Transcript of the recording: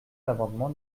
l’amendement